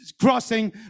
crossing